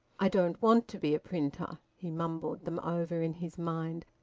i don't want to be a printer. he mumbled them over in his mind.